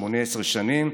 18 שנים,